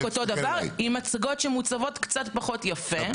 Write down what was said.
אותו דבר עם מצגות שמעוצבות קצת פחות יפה.